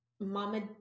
Mama